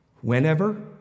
whenever